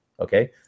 Okay